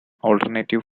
alternative